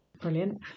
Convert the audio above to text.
brilliant